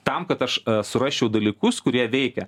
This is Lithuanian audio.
tam kad aš surasčiau dalykus kurie veikia